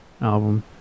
album